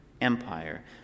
Empire